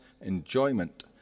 enjoyment